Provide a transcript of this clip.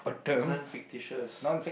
non fictitious